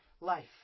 life